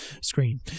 screen